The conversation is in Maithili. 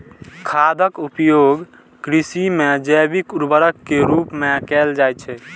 खादक उपयोग कृषि मे जैविक उर्वरक के रूप मे कैल जाइ छै